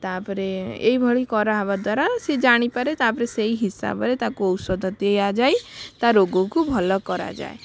ତା'ପରେ ଏଇଭଳି କରାହେବା ଦ୍ୱାରା ସିଏ ଜାଣିପରେ ତା'ପରେ ସେଇ ହିସାବରେ ତାକୁ ଔଷଧ ଦିଆଯାଇ ତା' ରୋଗକୁ ଭଲ କରାଯାଏ